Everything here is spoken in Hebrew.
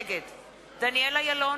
נגד דניאל אילון,